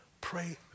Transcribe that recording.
Pray